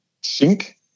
sink